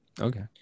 okay